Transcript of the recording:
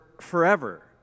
forever